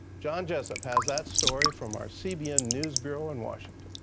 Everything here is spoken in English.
john jessup has that story from our cbn news bureau in washington.